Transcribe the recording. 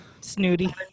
Snooty